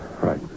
Right